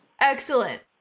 Excellent